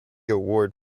award